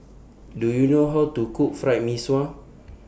Do YOU know How to Cook Fried Mee Sua